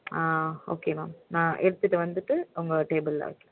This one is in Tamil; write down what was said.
ஆ ஓகே மேம் நான் எடுத்துகிட்டு வந்துவிட்டு உங்கள் டேபிளில் வைக்கிறேன்